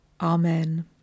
Amen